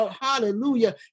hallelujah